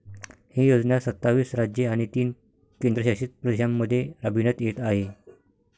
ही योजना सत्तावीस राज्ये आणि तीन केंद्रशासित प्रदेशांमध्ये राबविण्यात येत आहे